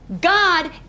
God